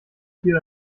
viel